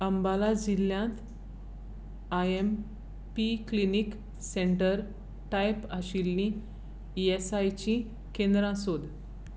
अंबाला जिल्ल्यांत I M P clinic center type आशिल्लीं E S आयचीं केंद्रां सोद